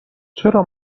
چرا